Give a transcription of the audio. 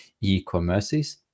e-commerces